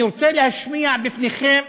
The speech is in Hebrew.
אני רוצה להשמיע בפניכם,